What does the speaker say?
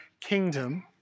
kingdom